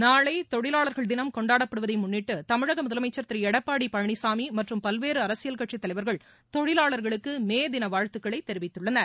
நாளைதொழிலாளர்கள் கொண்டாடப்படுவதைமுன்னிட்டு தினம் தமிழகமுதலமைச்சர் திருளடப்பாடிகேபழனிசாமிமற்றும் பல்வேறுஅரசியல் கட்சிதலைவர்கள் தொழிலாளர்களுக்குமேதினவாழ்த்துக்களைதெரிவித்துள்ளனர்